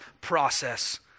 process